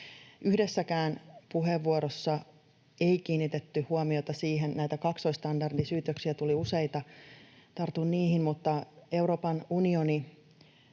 Yhdessäkään puheenvuorossa ei kiinnitetty huomiota siihen — näitä kaksoisstandardisyytöksiä tuli useita, tartun niihin myöhemmin — että Euroopan unioni